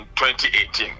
2018